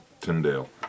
Tyndale